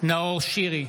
נאור שירי,